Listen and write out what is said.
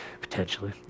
Potentially